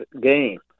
game